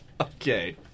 Okay